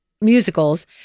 musicals